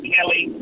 Kelly